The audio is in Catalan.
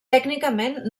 tècnicament